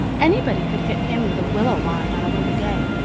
anybody could hit him with a willow wand, on a windy day,